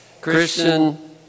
Christian